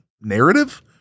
narrative